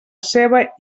ceba